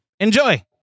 Enjoy